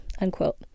unquote